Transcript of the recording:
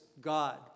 God